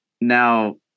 now